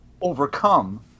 overcome